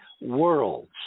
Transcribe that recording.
worlds